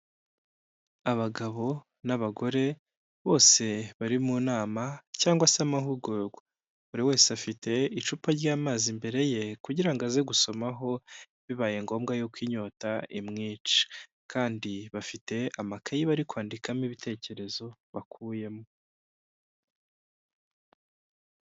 Abagabo n'abagore bose bari mu nama cyangwa se amahugurwa, buri wese afite icupa ry'amazi imbere ye kugira ngo aze gusomaho bibaye ngombwa yuko inyota imwica, kandi bafite amakayi bari kwandikamo ibitekerezo bakuyemo.